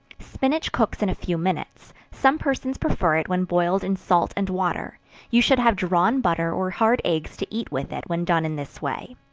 spinach cooks in a few minutes some persons prefer it when boiled in salt and water you should have drawn butter or hard eggs to eat with it when done in this way.